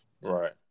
right